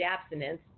abstinence